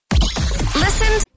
Listen